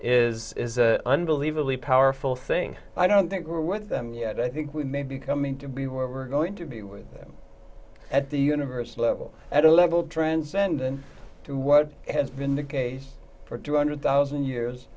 is is an unbelievably powerful thing i don't think we're with them yet i think we may be coming to be we're going to be with them at the universe level at a level transcendent to what has been the case for two hundred thousand years